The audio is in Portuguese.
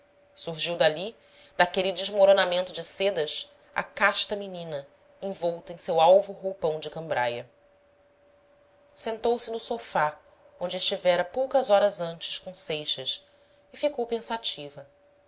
surgiu dali daquele desmoronamento de sedas a casta menina envolta em seu alvo roupão de cambraia sentou-se no sofá onde estivera poucas horas antes com seixas e ficou pensativa